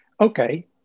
Okay